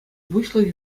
пуҫлӑхӗ